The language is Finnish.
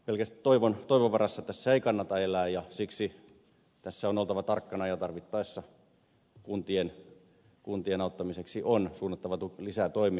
tietenkään pelkästään toivon varassa tässä ei kannata elää ja siksi tässä on oltava tarkkana ja tarvittaessa kuntien auttamiseksi on suunnattava lisätoimia